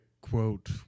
quote